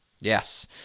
Yes